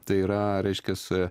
tai yra reiškias